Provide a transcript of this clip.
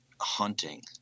hunting